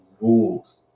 rules